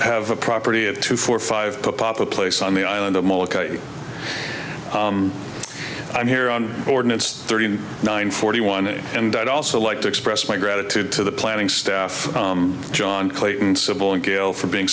have a property of two four five pop a place on the island of molokai i'm here on ordinance thirty nine forty one and i'd also like to express my gratitude to the planning staff john clayton civil and gale for being